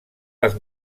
les